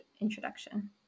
introduction